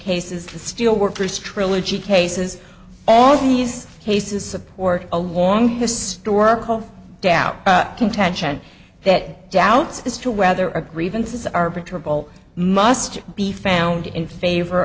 cases the steel workers trilogy cases all these cases support a long historical doubt contention that doubts as to whether or grievances our patrol must be found in favor